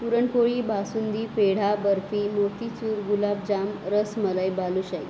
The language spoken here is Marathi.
पुरणपोळी बासुंदी पेढा बर्फी मोतीचूर गुलाबजाम रसमलाई बालूशाही